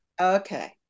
Okay